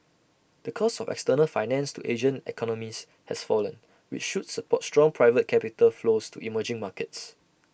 the cost of external finance to Asian economies has fallen which should support strong private capital flows to emerging markets